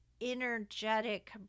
energetic